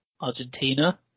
Argentina